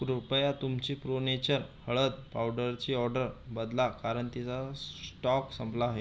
कृपया तुमची Pro Nature हळद पावडरची ऑर्डर बदला कारण तिचा स स्टॉक संपला आहे